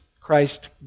Christ